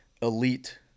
elite